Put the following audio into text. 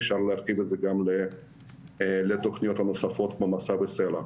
אפשר לעשות גם לתוכניות הנוספות כמו מסע וסלע.